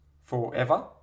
forever